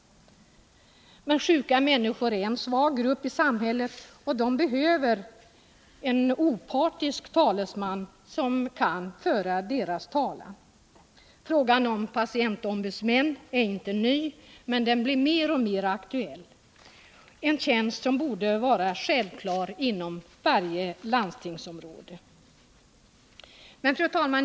Men sjuka människor är en svag grupp i samhället, och de behöver en opartisk talesman som kan föra deras talan. Frågan om en patientombudsnian är inte ny, men den blir mer och mer aktuell — det är en tjänst som borde vara självklar inom varje landstingsområde.